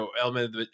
element